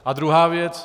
A druhá věc.